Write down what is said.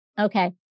Okay